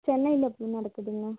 சென்னையில் இப்போ நடக்குதுங்க